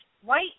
white